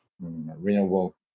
renewable